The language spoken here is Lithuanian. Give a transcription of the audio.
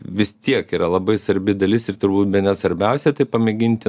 vis tiek yra labai svarbi dalis ir turbūt bene svarbiausia tai pamėginti